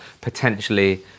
potentially